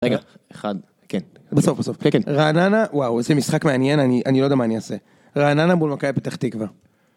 רגע, אחד, כן, בסוף בסוף, כן כן, רעננה וואו איזה משחק מעניין אני אני לא יודע מה אני אעשה, רעננה מול מכבי פתח תקווה